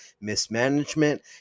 mismanagement